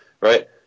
right